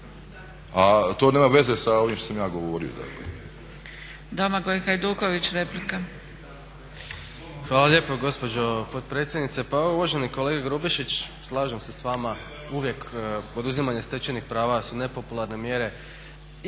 A to nema veze sa ovim što sam ja govorio